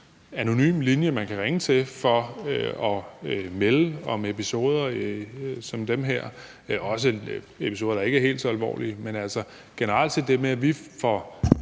anonym linje, man kan ringe til for at melde om episoder som dem her, også om episoder, der ikke er helt så alvorlige. Men generelt set får